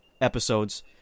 episodes